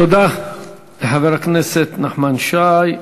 תודה לחבר הכנסת נחמן שי.